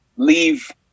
leave